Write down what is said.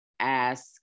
Ask